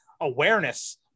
awareness